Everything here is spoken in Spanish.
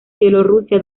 bielorrusia